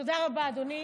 תודה רבה, אדוני.